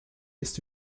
ist